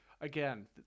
again